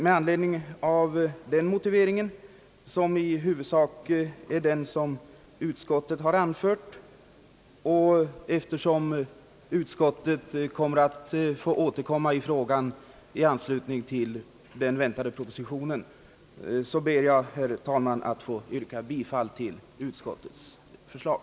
Med denna motivering, som i huvudsak överensstämmer med vad utskottet har anfört, och eftersom utskottet får tillfälle att återkomma till frågan i anslutning till den väntade propositionen ber jag, herr talman, att få yrka bifall till utskottets förslag.